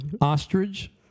Ostrich